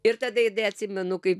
ir tada jinai atsimenu kaip